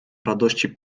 radości